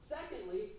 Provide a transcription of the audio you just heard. Secondly